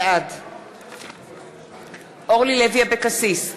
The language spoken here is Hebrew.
בעד אורלי לוי אבקסיס,